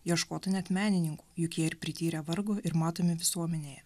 ieškota net menininkų juk jie ir prityrę vargo ir matomi visuomenėje